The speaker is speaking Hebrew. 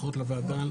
ברכות לוועדה,